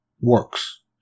works